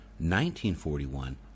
1941